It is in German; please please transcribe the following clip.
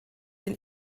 den